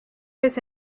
his